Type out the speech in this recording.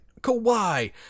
Kawhi